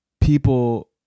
people